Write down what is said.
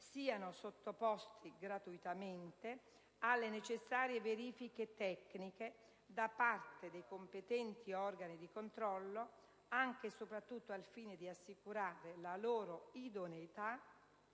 siano sottoposti gratuitamente alle necessarie verifiche tecniche da parte dei competenti organismi di controllo, anche e soprattutto al fine di assicurare la loro idoneità